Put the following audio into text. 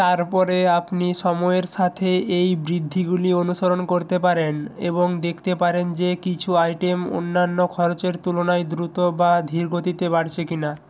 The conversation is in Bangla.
তারপরে আপনি সময়ের সাথে এই বৃদ্ধিগুলি অনুসরণ করতে পারেন এবং দেখতে পারেন যে কিছু আইটেম অন্যান্য খরচের তুলনায় দ্রুত বা ধীরগতিতে বাড়ছে কি না